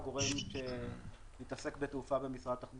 אני מבקש ממך להתכנס לנושא שלשמו התכנסנו.